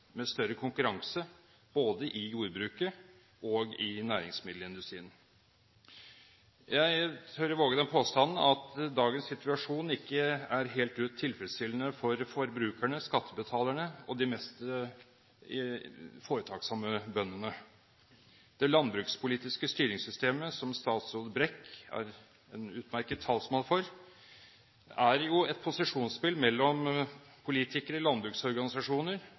med større konkurranse både i jordbruket og i næringsmiddelindustrien. Jeg tør våge den påstand at dagens situasjon ikke er helt ut tilfredsstillende for forbrukerne, skattebetalerne og de mest foretaksomme bøndene. Det landbrukspolitiske styringssystemet som statsråd Brekk er en utmerket talsmann for, er et posisjonsspill mellom politikere, landbruksorganisasjoner